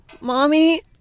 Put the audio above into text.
Mommy